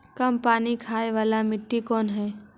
कम पानी खाय वाला मिट्टी कौन हइ?